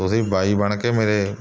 ਤੁਸੀਂ ਬਾਈ ਬਣ ਕੇ ਮੇਰੇ